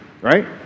right